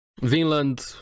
Vinland